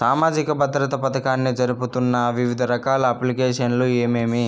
సామాజిక భద్రత పథకాన్ని జరుపుతున్న వివిధ రకాల అప్లికేషన్లు ఏమేమి?